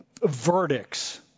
verdicts